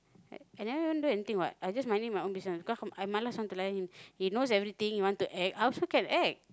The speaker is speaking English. I never even do anything what I just minding my own business cause I why must I lie to him he knows everything he want to act I also can act